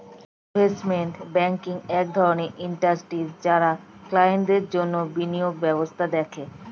investment banking এক ধরণের industry যারা ক্লায়েন্টদের জন্যে বিনিয়োগ ব্যবস্থা দেখে